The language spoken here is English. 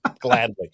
gladly